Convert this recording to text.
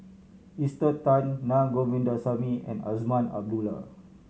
Esther Tan Naa Govindasamy and Azman Abdullah